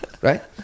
Right